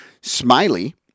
Smiley